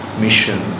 mission